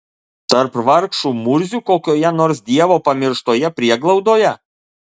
tarp vargšų murzių kokioje nors dievo pamirštoje prieglaudoje